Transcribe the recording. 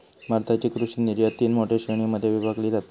भारताची कृषि निर्यात तीन मोठ्या श्रेणीं मध्ये विभागली जाता